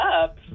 up